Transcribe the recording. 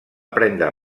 prendre